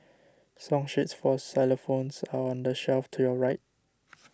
song sheets for xylophones are on the shelf to your right